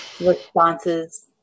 responses